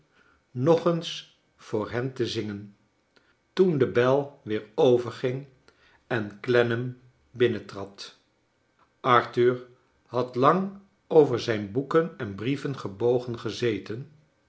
nog eens voor hen te zingen toen de bel weer overging en olennam binnentrad arthur had lang over zijn boeken en brieven gebogen gezeten